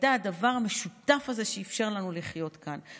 הייתה הדבר המשותף הזה שאפשר לנו לחיות כאן,